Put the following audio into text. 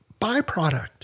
byproduct